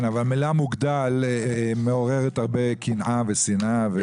אבל המילה "מוגדל" מעוררת הרבה קנאה ושנאה.